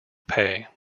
pay